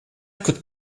could